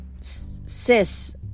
sis